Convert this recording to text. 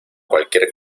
cualquier